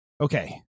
okay